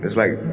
like,